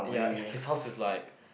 ya hi~ his house is like